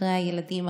אחרי הילדים,